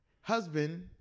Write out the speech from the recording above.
husband